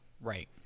Right